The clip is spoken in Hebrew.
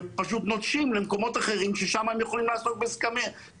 הם פשוט נוטשים למקומות אחרים ששם הם יכולים לעסוק בסמים.